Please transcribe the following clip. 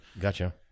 Gotcha